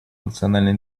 национальной